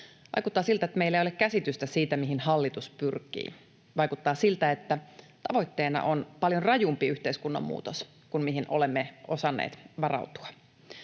Vaikuttaa siltä, että meillä ei ole käsitystä siitä, mihin hallitus pyrkii. Vaikuttaa siltä, että tavoitteena on paljon rajumpi yhteiskunnan muutos kuin mihin olemme osanneet varautua.